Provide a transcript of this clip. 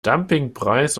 dumpingpreis